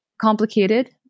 complicated